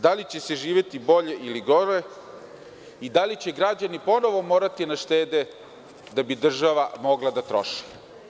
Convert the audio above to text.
Da li će se živeti bolje ili gore i da li će građani ponovo morati da štede da bi država mogla da troši?